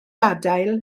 adael